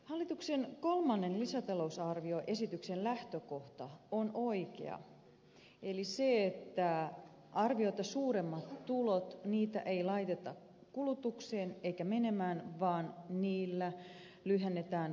hallituksen kolmannen lisätalousarvioesityksen lähtökohta on oikea eli se että arvioita suurempia tuloja ei laiteta kulutukseen eikä menemään vaan niillä lyhennetään valtion velkaa